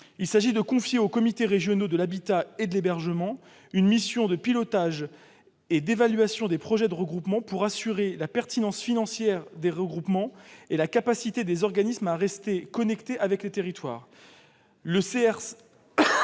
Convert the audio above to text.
évolution : confier aux comités régionaux de l'habitat et de l'hébergement, les CRHH, une mission de pilotage et d'évaluation des projets de regroupements, pour assurer la pertinence financière de ces derniers et la capacité des organismes à rester connectés avec les territoires.